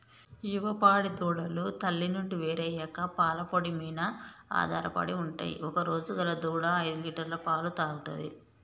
యువ పాడి దూడలు తల్లి నుండి వేరయ్యాక పాల పొడి మీన ఆధారపడి ఉంటయ్ ఒకరోజు గల దూడ ఐదులీటర్ల పాలు తాగుతది